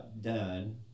done